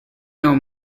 your